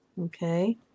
okay